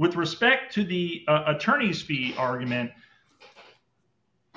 with respect to the attorney's speech argument